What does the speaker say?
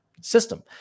system